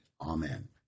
Amen